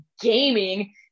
gaming